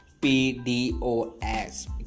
PDOS